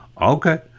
okay